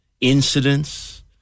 incidents